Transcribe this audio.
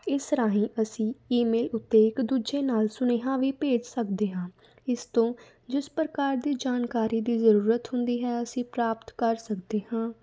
ਇਸ ਰਾਹੀਂ ਅਸੀਂ ਈਮੇਲ ਉੱਤੇ ਇੱਕ ਦੂਜੇ ਨਾਲ ਸੁਨੇਹਾ ਵੀ ਭੇਜ ਸਕਦੇ ਹਾਂ ਇਸ ਤੋਂ ਜਿਸ ਪ੍ਰਕਾਰ ਦੀ ਜਾਣਕਾਰੀ ਦੀ ਜ਼ਰੂਰਤ ਹੁੰਦੀ ਹੈ ਅਸੀਂ ਪ੍ਰਾਪਤ ਕਰ ਸਕਦੇ ਹਾਂ